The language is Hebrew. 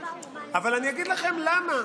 אבל אני אגיד לכם למה